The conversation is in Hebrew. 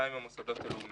המוסדות הלאומיים,